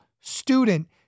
student